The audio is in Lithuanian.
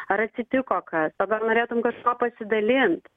ar atsitiko kas o gal norėtum kažkuo pasidalint